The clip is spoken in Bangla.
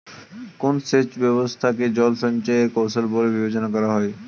কোন সেচ ব্যবস্থা কে জল সঞ্চয় এর কৌশল বলে বিবেচনা করা হয়?